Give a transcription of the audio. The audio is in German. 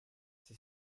sie